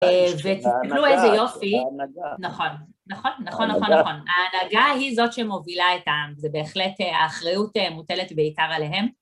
ותסתכלו איזה יופי, נכון, נכון, נכון, נכון, נכון, ההנהגה היא זאת שמובילה את העם, זה בהחלט האחריות מוטלת בעיקר עליהם.